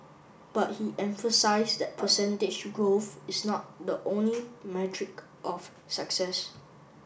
but he emphasised that percentage growth is not the only metric of success